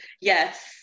Yes